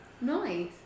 Nice